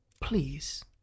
Please